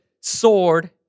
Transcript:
sword